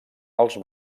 els